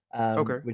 Okay